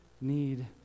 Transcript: need